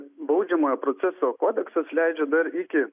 baudžiamojo proceso kodeksas leidžia dar iki